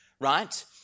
right